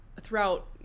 throughout